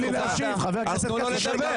תנו לו לדבר.